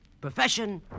Profession